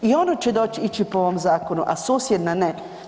I ono će doći, ići po ovom zakonu, a susjedna ne.